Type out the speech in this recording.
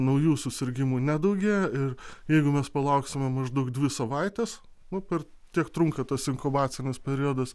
naujų susirgimų nedaugėja ir jeigu mes palauksime maždaug dvi savaites o per tiek trunka tas inkubacinis periodas